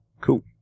Cool